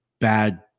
bad